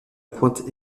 pointe